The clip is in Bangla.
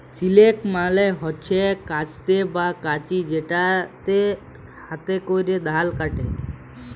সিকেল মালে হচ্যে কাস্তে বা কাঁচি যেটাতে হাতে ক্যরে ধাল কাটে